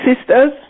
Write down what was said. sisters